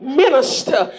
minister